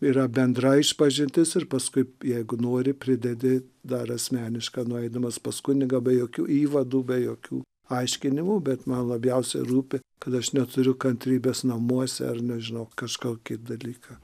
yra bendra išpažintis ir paskui jeigu nori pridedi dar asmenišką nueidamas pas kunigą be jokių įvadų be jokių aiškinimų bet man labiausiai rūpi kad aš neturiu kantrybės namuose ar nežinau kažkokį dalyką